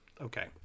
okay